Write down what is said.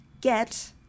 get